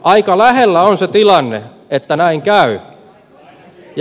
aika lähellä on se tilanne että näin käy